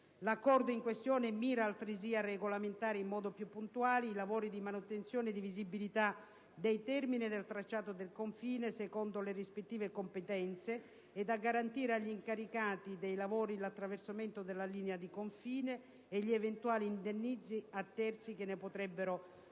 L'Accordo in questione mira altresì a regolamentare in modo più puntuale i lavori di manutenzione e di visibilità dei termini e del tracciato del confine secondo le rispettive competenze ed a garantire agli incaricati dei lavori l'attraversamento della linea di confine e gli eventuali indennizzi a terzi che ne potrebbero derivare.